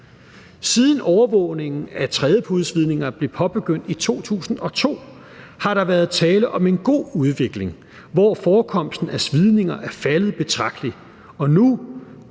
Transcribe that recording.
Siden overvågningen af trædepudesvidninger blev påbegyndt i 2002, har der været tale om en god udvikling, hvor forekomsten af svidninger er faldet betragteligt og nu